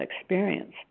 experience